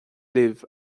libh